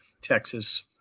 Texas